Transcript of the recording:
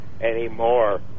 anymore